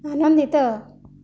ଆନନ୍ଦିତ